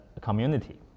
community